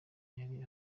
yari